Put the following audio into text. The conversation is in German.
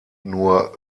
nur